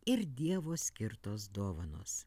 ir dievo skirtos dovanos